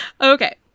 Okay